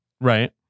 Right